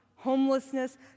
Homelessness